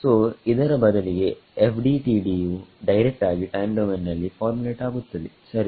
ಸೋಇದರ ಬದಲಿಗೆ FDTDಯು ಡೈರೆಕ್ಟ್ ಆಗಿ ಟೈಮ್ ಡೊಮೈನ್ ನಲ್ಲಿ ಫಾರ್ಮುಲೇಟ್ ಆಗುತ್ತದೆ ಸರಿ